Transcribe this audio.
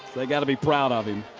they've got to be proud of him.